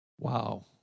Wow